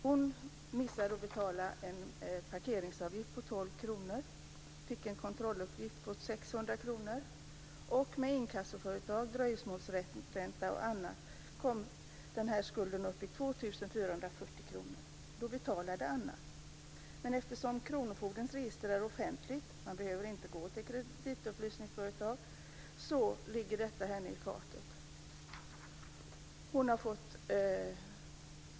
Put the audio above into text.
Hon missade att betala en parkeringsavgift på 12 kr och fick en kontrolluppgift på 600 kr. Med inkassoföretag, dröjsmålsränta och annat kom skulden upp till 2 440 kr. Då betalade Anna. Men eftersom kronofogdemyndighetens register är offentligt - man behöver inte vända sig till kreditupplysningsföretag - ligger detta henne i fatet.